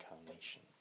incarnation